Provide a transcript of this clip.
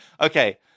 okay